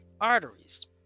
arteries